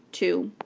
two,